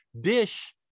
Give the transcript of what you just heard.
Dish